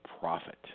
profit